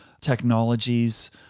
technologies